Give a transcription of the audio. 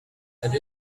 and